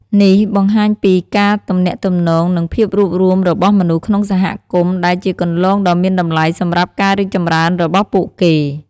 នេះបង្ហាញពីការទំនាក់ទំនងនិងភាពរួបរួមរបស់មនុស្សក្នុងសហគមន៍ ដែលជាគន្លងដ៏មានតម្លៃសម្រាប់ការរីកចម្រើនរបស់ពួកគេ។